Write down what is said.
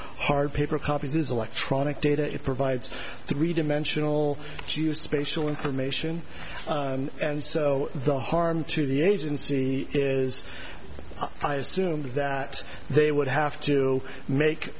hard paper copies electronic data it provides three dimensional juice spatial information and so the harm to the agency is i assume that they would have to make